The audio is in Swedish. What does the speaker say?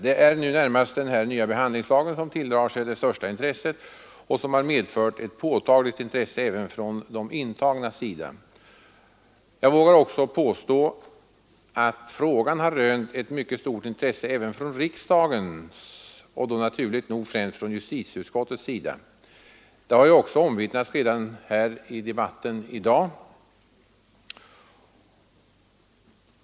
Det är nu närmast den nya behandlingslagen som tilldrar sig det största intresset och som har medfört ett påtagligt intresse även från de intagnas sida. Jag vågar påstå att frågan har rönt ett mycket stort intresse även från riksdagen och då naturligt nog främst från justitieutskottets sida. Det har ju också redan omvittnats i debatten i dag.